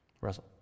Russell